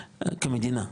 כמדינה,